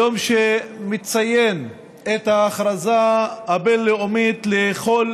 היום שמציין את ההכרזה הבין-לאומית לכל